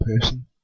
person